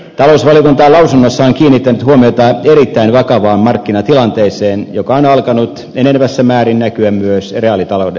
talousvaliokunta on lausunnossaan kiinnittänyt huomiota erittäin vakavaan markkinatilanteeseen joka on alkanut enenevässä määrin näkyä myös reaalitaloudessa